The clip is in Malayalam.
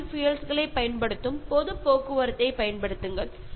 അതും വളരെക്കുറച്ച് ഇന്ധനം മാത്രമേ ഉപയോഗിക്കുന്നുള്ളൂ